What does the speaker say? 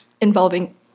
involving